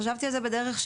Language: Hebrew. חשבתי על זה בדרך,